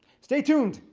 stay tuned,